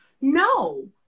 No